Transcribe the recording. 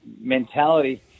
mentality